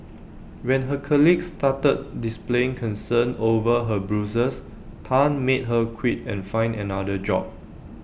when her colleagues started displaying concern over her Bruises Tan made her quit and find another job